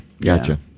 Gotcha